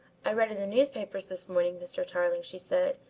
i read in the newspapers this morning, mr. tarling, she said,